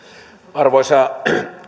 arvoisa